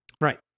Right